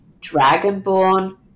dragonborn